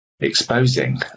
Exposing